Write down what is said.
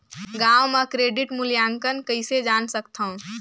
गांव म क्रेडिट मूल्यांकन कइसे जान सकथव?